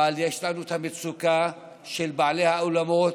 אבל יש לנו את המצוקה של בעלי האולמות,